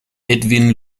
edwin